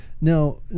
Now